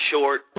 short